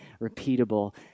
repeatable